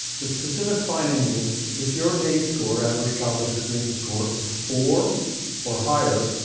the specific finding is, if your ace score adverse childhood experience score is four or higher,